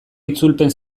itzulpen